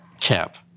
Cap